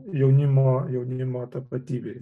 jaunimo jaunimo tapatybei